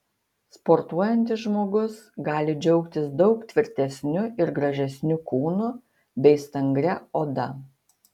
sportuojantis žmogus gali džiaugtis daug tvirtesniu ir gražesniu kūnu bei stangria oda